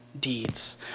deeds